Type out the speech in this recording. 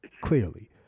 clearly